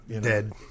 dead